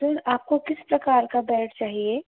sir आपको किस प्रकार का बेड चाहिए